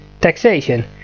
taxation